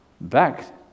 back